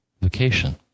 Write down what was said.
vacation